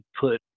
put –